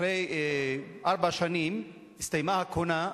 אחרי ארבע שנים הסתיימה הכהונה,